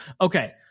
Okay